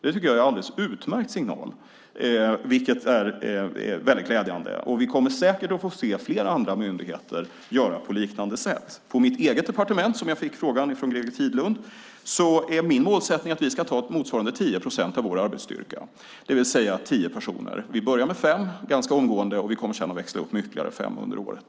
Det tycker jag är en alldeles utmärkt signal som är väldigt glädjande, och vi kommer säkert att få se flera andra myndigheter göra på liknande sätt. På mitt eget departement - jag fick frågan från Greger Tidlund - är min målsättning att vi ska ta emot motsvarande 10 procent av vår arbetsstyrka, det vill säga tio personer. Vi börjar med fem ganska omgående, och vi kommer sedan att växla upp med ytterligare fem under året.